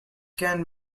can